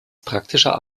praktischer